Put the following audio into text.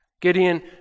Gideon